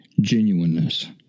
genuineness